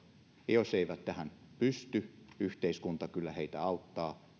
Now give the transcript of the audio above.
jos he eivät tähän pysty yhteiskunta kyllä heitä auttaa